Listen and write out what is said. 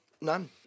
None